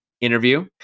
interview